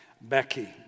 Becky